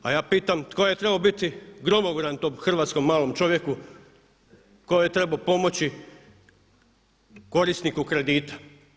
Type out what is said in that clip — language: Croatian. A ja pitam tko je trebao biti gromobran tom hrvatskom malom čovjeku, tko je trebao pomoći korisniku kredita?